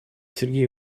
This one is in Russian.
сергей